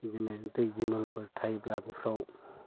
बिदिनो दै दिमोलफोर थायोब्लाबो बेफ्राव